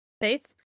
faith